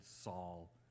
Saul